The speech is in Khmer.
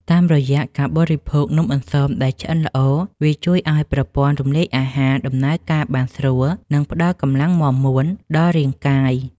តាមរយៈការបរិភោគនំអន្សមដែលឆ្អិនល្អវាជួយឱ្យប្រព័ន្ធរំលាយអាហារដំណើរការបានស្រួល និង ផ្ដល់កម្លាំងមាំមួនដល់រាងកាយ។